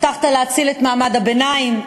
הבטחת להציל את מעמד הביניים,